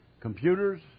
computers